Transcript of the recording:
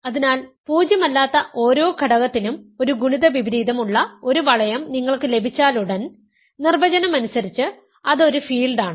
അതിനാൽ പൂജ്യമല്ലാത്ത ഓരോ ഘടകത്തിനും ഒരു ഗുണിത വിപരീതം ഉള്ള ഒരു വളയം നിങ്ങൾക്ക് ലഭിച്ചാലുടൻ നിർവചനം അനുസരിച്ച് അത് ഒരു ഫീൽഡാണ്